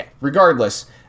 Regardless